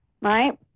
right